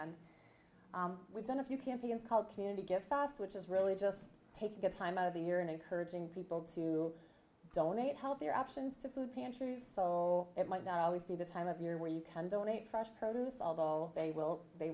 and we've done a few campion's called community get fast which is really just take good time out of the year and encouraging people to donate healthier options to food pantries so it might not always be the time of year where you can donate fresh produce although they will they